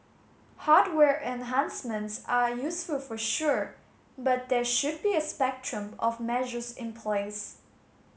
hardware enhancements are useful for sure but there should be a spectrum of measures in place